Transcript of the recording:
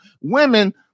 Women